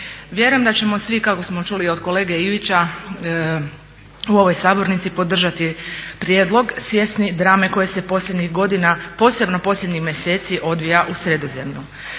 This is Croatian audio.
Vjerujem da ćemo svi kako smo čuli od kolege Ivića u ovoj sabornici podržati prijedlog svjesni drame koja se posljednjih godina, posebno posljednjih mjeseci odvija u Sredozemlju.